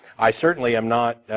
i certainly am not ah.